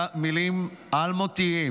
מילים אלמותיות,